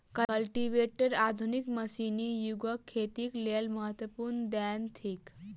cultivator आधुनिक मशीनी युगक खेतीक लेल महत्वपूर्ण देन थिक